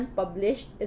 published